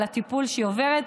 על הטיפול שהיא עוברת,